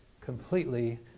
completely